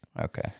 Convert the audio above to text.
Okay